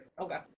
Okay